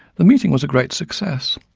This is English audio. the meeting was a great success,